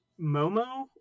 Momo